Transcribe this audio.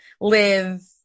live